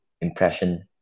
impression